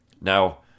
Now